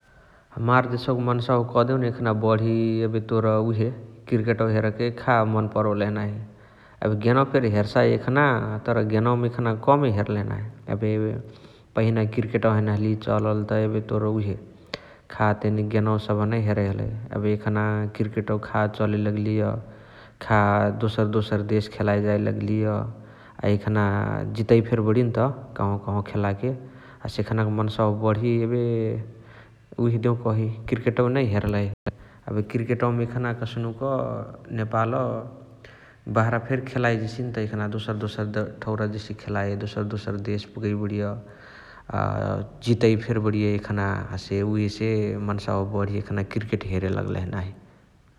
हमार देसौक मन्सावा कदेउन एखान बढी एबे तोरा उहे कृकेटवा हेरके खा मन परोलही नाही । एबे गेनवा फेरी हेरसाइ एखान । तर गेनवमा एखान कमे हेर्लही नाही । एबे पहिना कृकेटवा हैने हलिय चललता एबे तोर उहे खातेने गेनवा सबह नइ हेरइ हलइ । एबे एखान कृकेटवा खा चले लगलिय, खा दोसर दोसर देश खेलाई जाइ लगलिय । अ एखान जितइ फेरी बणियनत कहवा कहवा खेलाके । हसे एखनाक मन्सावा बणी एबे उहे देउ कही कृकेटवा नै हेर्लही । एबे कृकेटव एखान कस्नुक नेपाल बहरा फेरी खेलाए जेसियन्त यखान दोसर दोसर ठौरा जेसिय खेलाए । दोसर दोसर देश पुगइ बणिय अ जितइ फेरी बणिय एखान हसे उहेसे मन्सावा बण्ही एखान कृकेट हेरे लगलही नाही ।